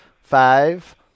Five